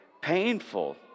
painful